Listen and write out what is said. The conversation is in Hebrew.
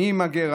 אני אמגר,